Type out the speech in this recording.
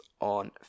on